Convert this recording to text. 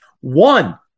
one